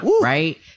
right